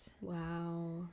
Wow